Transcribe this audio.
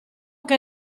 che